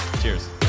Cheers